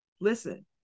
listen